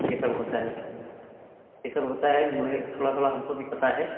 یہ سب ہوتا ہے یہ سب ہوتا ہے تھوڑا تھوڑا ہم کو بھی پتہ ہے